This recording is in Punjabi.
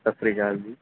ਸਤਿ ਸ਼੍ਰੀ ਅਕਾਲ ਜੀ